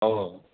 औ औ